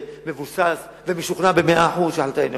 מבוסס ומשוכנע במאה אחוז שההחלטה היא נכונה.